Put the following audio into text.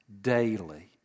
daily